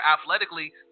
athletically